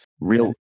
real